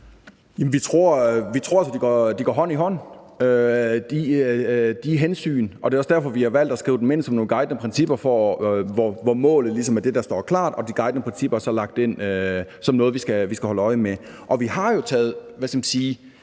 Vi tror altså, at de hensyn går hånd i hånd, og det er også derfor, vi har valgt at skrive dem ind som nogle guidende principper, hvor målet ligesom er det, der står klart, og de guidende principper så er lagt ind som noget, vi skal holde øje med. Vi har jo også, hvad skal man sige,